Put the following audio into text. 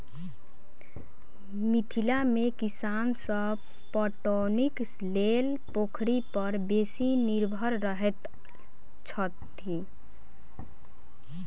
मिथिला मे किसान सभ पटौनीक लेल पोखरि पर बेसी निर्भर रहैत छथि